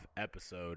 episode